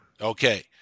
Okay